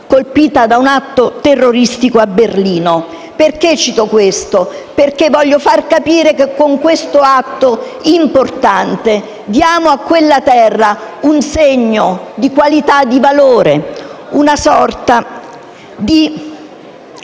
colpita da un atto terroristico a Berlino. Cito questo perché voglio far capire che con questo atto importante diamo a quella terra un segno di qualità e di valore, una sorta di